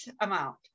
amount